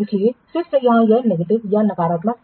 इसलिए फिर से यहाँ यह नेगेटिव या नकारात्मक है